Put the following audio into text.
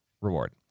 reward